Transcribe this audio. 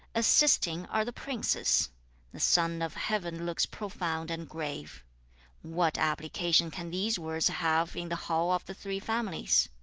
assisting are the princes the son of heaven looks profound and grave what application can these words have in the hall of the three families